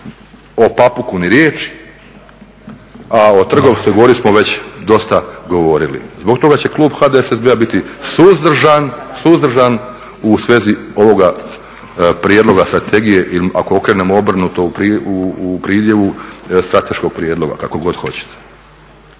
o Papuku ni riječi, a o Trgovskoj gori smo već dosta govorili. Zbog toga će klub HDSSB-a biti suzdržan u svezi ovoga prijedloga strategije ili ako okrenemo obrnuto u pridjevu strateškog prijedloga, kako god hoćete.